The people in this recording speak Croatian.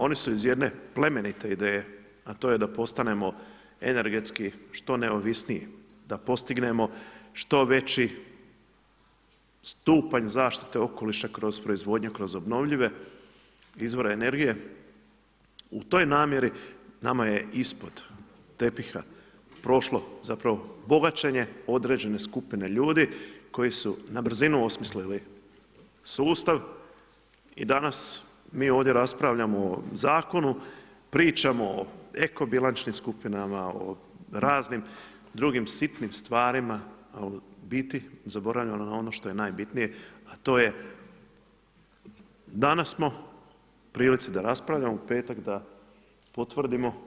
Oni su iz jedne plemenite ideje, a to je da postanemo energetski što neovisniji, da postignemo što veći stupanj zaštite okoliša kroz proizvodnju, kroz obnovljive izvore energije u toj namjeri nama je ispod tepiha prošlo zapravo bogaćenje određene skupine ljudi koji su na brzinu osmislili sustav i danas mi ovdje raspravljamo o zakonu, pričamo o eko-bilančnim skupinama, o raznim drugim sitnim stvarima, a u biti zaboravljamo na ono što je najbitnije a to je danas smo u prilici da raspravljamo, u petak da potvrdimo.